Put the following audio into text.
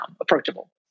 approachable